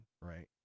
right